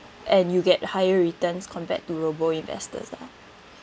and you get higher returns compared to robo investors lah